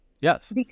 yes